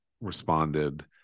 responded